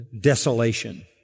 desolation